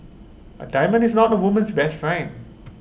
A diamond is not A woman's best friend